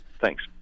Thanks